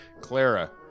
Clara